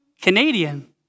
Canadian